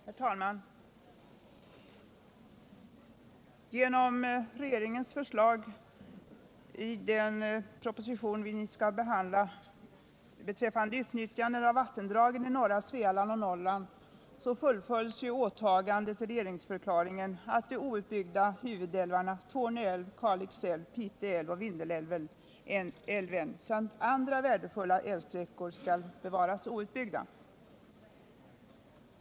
Herr talman! Genom regeringens förslag i den proposition vi nu skall behandla beträffande utnyttjandet av vattendragen i norra Svealand och Norrland fullföljs åtagandet i regeringsförklaringen att de outbyggda huvudälvarna Torne älv, Kalix älv, Pite älv och Vindelälven samt andra värdefulla älvsträckor skall bevaras outbyggda.